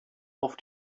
auf